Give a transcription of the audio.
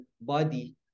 body